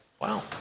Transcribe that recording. Wow